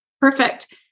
Perfect